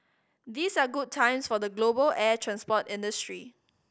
these are good times for the global air transport industry